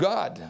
God